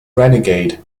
renegade